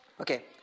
Okay